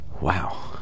Wow